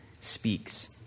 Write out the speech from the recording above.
speaks